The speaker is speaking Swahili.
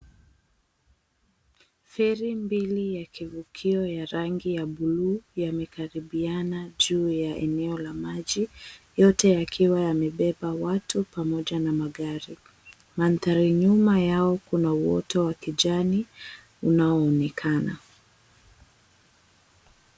Feri mbili ya kivukio ya rangi ya buluu imekaribiana juu ya eneo ya maji, yote yakiwa yamebeba watu pamoja na magari. Mandhari nyuma yao kuna uwoto wa kijani unaonekana.